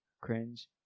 cringe